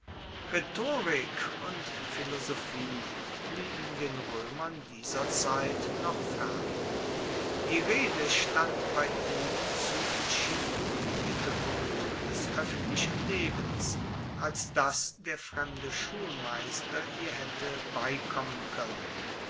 rhetorik und philosophie blieben den roemern dieser zeit noch fern die rede stand bei ihnen zu entschieden im mittelpunkt des oeffentlichen lebens als dass der fremde schulmeister ihr haette beikommen koennen